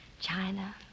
China